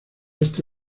este